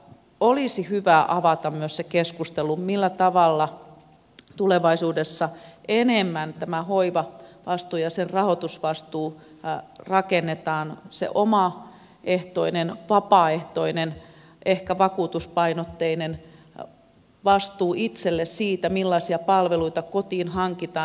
olisi hyvä avata myös se keskustelu millä tavalla tulevaisuudessa enemmän hoivavastuu ja sen rahoitusvastuu rakennetaan se omaehtoinen vapaaehtoinen ehkä vakuutuspainotteinen vastuu itselle siitä millaisia palveluita kotiin hankitaan